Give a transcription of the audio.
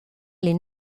les